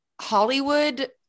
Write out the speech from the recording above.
Hollywood